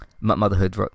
motherhood